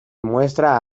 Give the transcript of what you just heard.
muestra